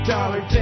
dollar